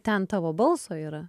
ten tavo balso yra